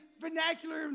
vernacular